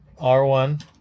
R1